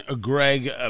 Greg